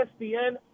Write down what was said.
ESPN